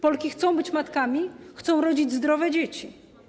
Polki chcą być matkami, chcą rodzić zdrowe dzieci.